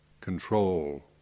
control